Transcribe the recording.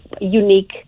unique